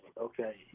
Okay